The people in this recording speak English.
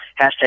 hashtag